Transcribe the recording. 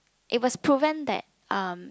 it was proven that um